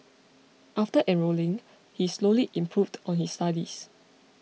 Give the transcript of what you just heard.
after enrolling he slowly improved on his studies